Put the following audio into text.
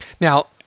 Now